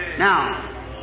Now